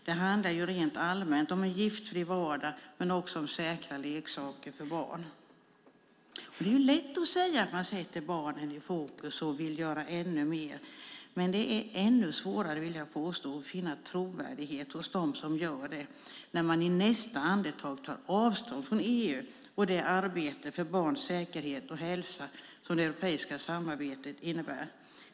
Det handlar rent allmänt om en giftfri vardag och om säkra leksaker för barn. Det är lätt att säga att man sätter barnen i fokus och vill göra ännu mer. Men jag vill påstå att det är svårare att finna trovärdighet hos dem som säger det när de i nästa andetag tar avstånd från EU och det arbete för barns säkerhet och hälsa som det europeiska samarbetet innebär.